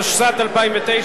התשס"ט 2009,